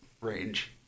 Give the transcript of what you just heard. range